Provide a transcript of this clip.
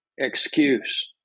excuse